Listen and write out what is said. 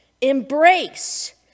embrace